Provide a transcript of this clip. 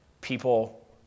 people